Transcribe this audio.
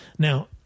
Now